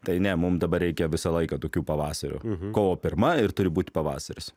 tai ne mum dabar reikia visą laiką tokių pavasarių kovo pirma ir turi būt pavasaris